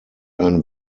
ein